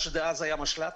מה שדאז היה המשל"ט